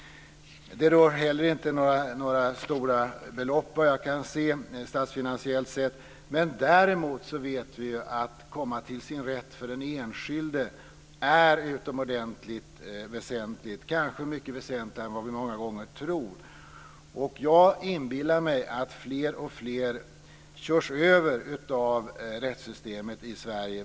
Det rör heller inte några stora belopp statsfinansiellt, enligt vad jag kan se, men däremot vet vi ju att när det gäller för den enskilde att komma till sin rätt är det utomordentligt väsentligt, kanske mycket mer väsentligt än vad vi många gånger tror. Jag inbillar mig att fler och fler körs över av rättssystemet i Sverige.